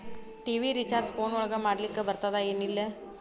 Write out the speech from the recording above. TV recharge phone ಒಳಗ ಮಾಡ್ಲಿಕ್ ಬರ್ತಾದ ಏನ್ ಇಲ್ಲ?